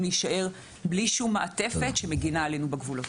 להישאר בלי שום מעטפת שמגינה עלינו בגבולות.